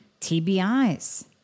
TBIs